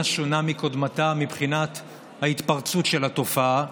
שונה מקודמתה מבחינת ההתפרצות של התופעה.